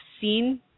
seen